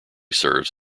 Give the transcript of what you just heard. serves